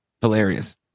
Hilarious